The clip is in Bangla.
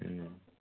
হুম